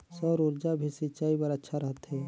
सौर ऊर्जा भी सिंचाई बर अच्छा रहथे?